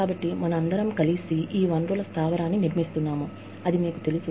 కాబట్టి మనం అందరం కలిసి ఈ వనరుల స్థావరాన్ని నిర్మిస్తున్నాము అది మీకు తెలుసు